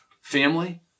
Family